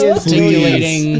articulating